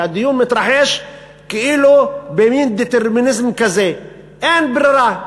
והדיון מתרחש כאילו במין דטרמיניזם כזה: אין ברירה,